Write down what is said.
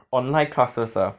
online classes ah